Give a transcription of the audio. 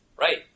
Right